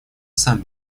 сами